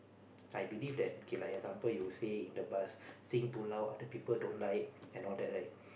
I believe that K lah example you say in the bus sing too loud other people don't like and all that right